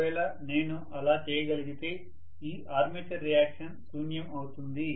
ఒకవేళ నేను అలా చేయగలిగితే ఈ ఆర్మేచర్ రియాక్షన్ శూన్యం అవుతుంది